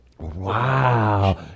Wow